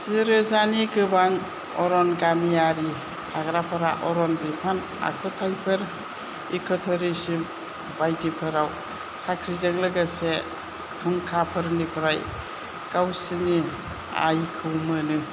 जि रोजानि गोबां अरन गामियारि थाग्राफोरा अरन बिफाननि आखुथायफोर इक'टूरिज्म बायदिफोराव साख्रिजों लोगोसे फुंखाफोरनिफ्राय गावसिनि आयखौ मोनो